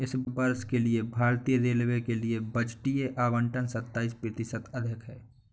इस वर्ष के लिए भारतीय रेलवे के लिए बजटीय आवंटन सत्ताईस प्रतिशत अधिक है